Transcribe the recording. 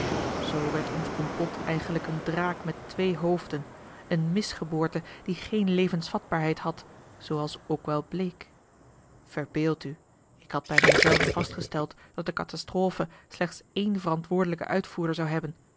zoo werd ons complot eigenlijk een draak met twee hoofden eene misgeboorte die geene levensvatbaarheid had zooals ook wel bleek verbeeld u ik had bij mij zelven vastgesteld dat de catastrophe slechts één verantwoordelijken uitvoerder zou hebben